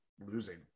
losing